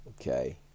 Okay